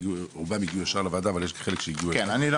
רובם הגיעו ישר לוועדה אבל יש חלק שהגיעו אליי.